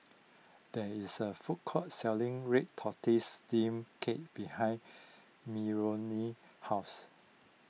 there is a food court selling Red Tortoise Steamed Cake behind Meronie's house